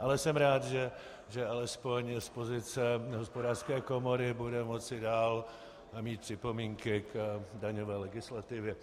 Ale jsem rád, že alespoň z pozice Hospodářské komory bude moci dále mít připomínky k daňové legislativě.